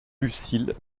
lucile